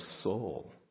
soul